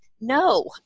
No